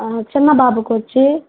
చిన్నబాబుకి వచ్చి